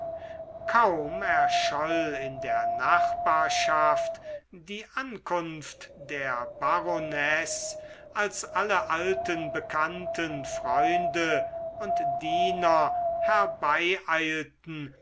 kaum erscholl in der nachbarschaft die ankunft der baronesse als alle alten bekannten freunde und diener herbeieilten